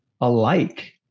alike